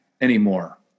anymore